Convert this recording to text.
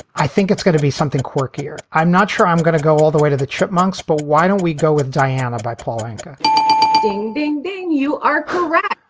i think it's gonna be something quirkier. i'm not sure i'm gonna go all the way to the chipmunks, but why don't we go with diana by paul anka ding, ding, ding. you are correct.